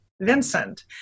Vincent